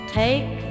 take